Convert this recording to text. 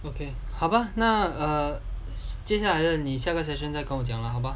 okay 好吧那 err 接下来的你下课 session 再跟我讲了好不好